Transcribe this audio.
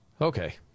Okay